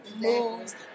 moves